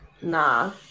Nah